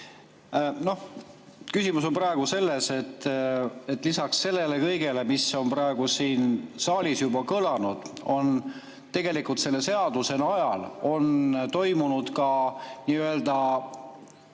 Küsimus on praegu selles, et lisaks sellele kõigele, mis on praegu siin saalis juba kõlanud, on tegelikult selle seaduse najal toimunud ka selliste